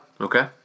Okay